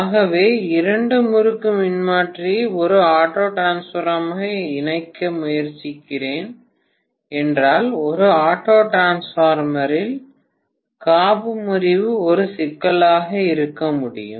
ஆகவே இரண்டு முறுக்கு மின்மாற்றியை ஒரு ஆட்டோ டிரான்ஸ்பார்மராக இணைக்க முயற்சிக்கிறேன் என்றால் ஒரு ஆட்டோ டிரான்ஸ்பார்மரில் காப்பு முறிவு ஒரு சிக்கலாக இருக்க முடியும்